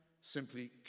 simply